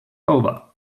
over